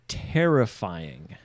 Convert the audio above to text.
terrifying